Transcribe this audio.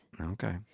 Okay